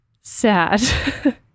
sad